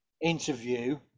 interview